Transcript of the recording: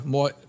more